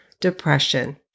depression